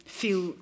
feel